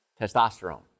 testosterone